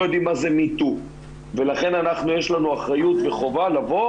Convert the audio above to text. יודעים מה זה ME TOO. לכן יש לנו אחריות וחובה לבוא